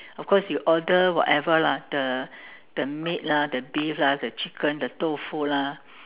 of course you order whatever lah the the meat lah the beef lah the chicken the tofu lah